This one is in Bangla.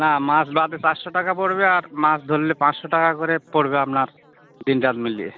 না মাছ বাদে চারশো টাকা পড়বে আর মাছ ধরলে পাঁচশো টাকা করে পড়বে আপনার দিনরাত মিলিয়ে